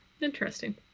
interesting